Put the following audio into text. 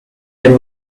and